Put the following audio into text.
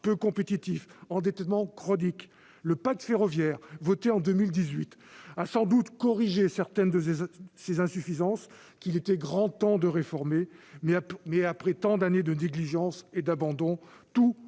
peu compétitif, endettement chronique ... Le pacte ferroviaire, voté en 2018, a sans doute pallié certaines de ces insuffisances, qu'il était grand temps de corriger. Toutefois, après tant d'années de négligence et d'abandon, tout